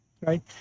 right